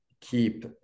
keep